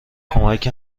کمک